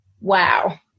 wow